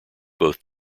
both